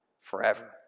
forever